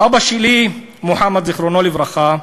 אבא שלי, מוחמד, זיכרונו לברכה,